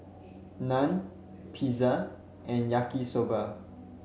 Naan Pizza and Yaki Soba